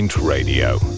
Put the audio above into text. Radio